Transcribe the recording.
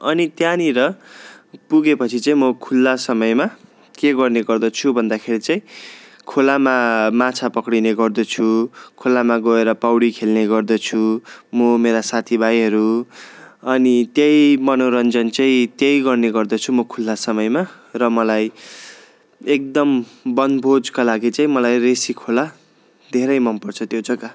अनि त्यहाँनिर पुगेपछि चाहिँ म खुल्ला समयमा के गर्ने गर्दछु भन्दाखेरि चाहिँ खोलामा माछा पक्रिने गर्दछु खोलामा गएर पौडी खेल्ने गर्दछु म मेरा साथीभाइहरू अनि त्यही मनोरञ्जन चाहिँ त्यहीँ गर्ने गर्दछु म खुल्ला समयमा र मलाई एकदम बनभोजका लागि चाहिँ मलाई ऋषि खोला धेरै मन पर्छ त्यो जग्गा